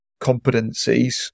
competencies